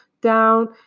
down